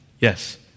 Yes